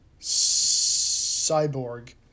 Cyborg